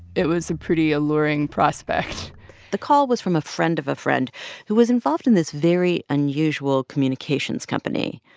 it was a pretty alluring prospect the call was from a friend of a friend who was involved in this very unusual communications company,